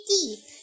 Deep